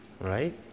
right